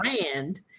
brand